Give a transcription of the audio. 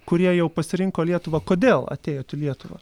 kurie jau pasirinko lietuvą kodėl atėjot į lietuvą